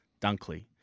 Dunkley